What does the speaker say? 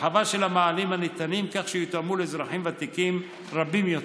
הרחבה של המענים הניתנים כך שיותאמו לאזרחים ותיקים רבים יותר,